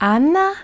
Anna